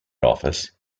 office